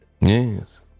Yes